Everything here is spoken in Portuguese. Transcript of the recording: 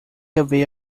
haver